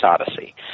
Odyssey